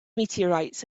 meteorites